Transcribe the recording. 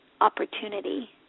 opportunity